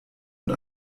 und